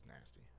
nasty